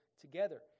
together